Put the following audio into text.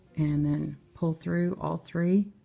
and then pull through all three.